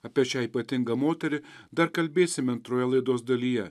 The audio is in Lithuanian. apie šią ypatingą moterį dar kalbėsime antroje laidos dalyje